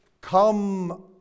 come